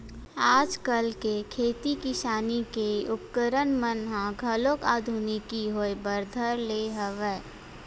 आजकल के खेती किसानी के उपकरन मन ह घलो आधुनिकी होय बर धर ले हवय